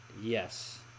Yes